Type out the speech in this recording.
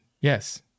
yes